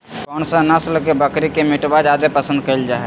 कौन सा नस्ल के बकरी के मीटबा जादे पसंद कइल जा हइ?